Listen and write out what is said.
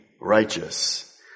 righteous